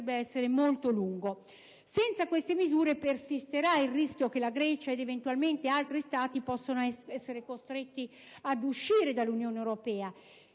il tunnel potrebbe essere molto lungo. Senza queste misure persisterà il rischio che la Grecia, ed eventualmente altri Stati, possano essere costretti ad uscire dall'Unione europea.